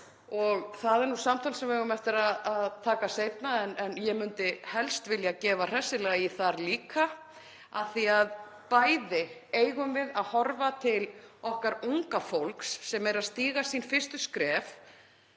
Það er samtal sem við eigum eftir að taka seinna en ég myndi helst vilja gefa hressilega í þar líka. Við eigum að horfa til okkar unga fólks sem er að stíga sín fyrstu skref